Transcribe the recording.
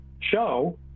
show